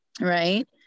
right